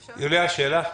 יוליה, שאלה?